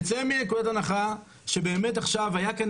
נצא מנקודת הנחה שבאמת עכשיו היה כאן